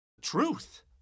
Truth